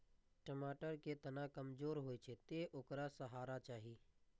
टमाटर के तना कमजोर होइ छै, तें ओकरा सहारा चाही